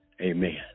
Amen